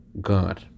God